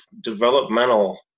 developmental